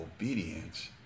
obedience